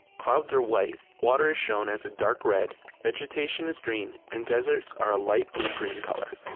clouds are white, water is shown as a dark red, vegetation is green, and deserts are a light blue-green color.